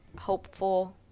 hopeful